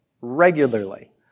regularly